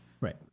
Right